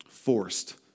forced